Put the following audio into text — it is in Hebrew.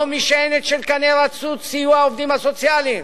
לא משענת של קנה רצוץ יהיו העובדים הסוציאליים